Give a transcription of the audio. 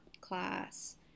class